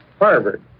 Harvard